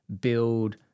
build